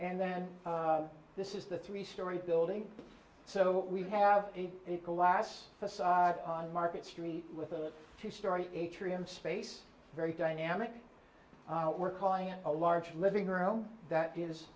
and then this is the three storey building so we have a glass facade on market street with a two story atrium space very dynamic we're calling it a large living room that is